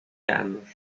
anos